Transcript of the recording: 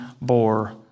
bore